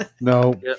No